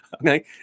okay